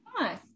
Nice